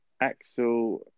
Axel